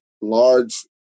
large